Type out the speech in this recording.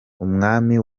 umwami